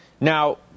Now